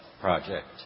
project